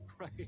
Right